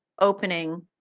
opening